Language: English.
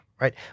right